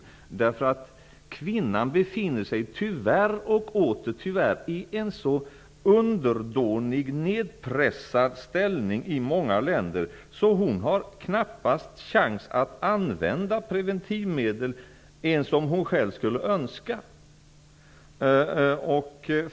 Kvinnan befinner sig tyvärr och åter tyvärr i en så underdånig, nedpressad ställning i många länder att hon knappast har chans att använda preventivmedel ens om hon själv skulle önska.